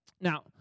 Now